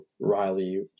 Riley